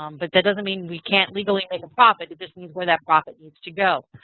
um but that doesn't mean we can't legally make a profit. it just means where that profit needs to go.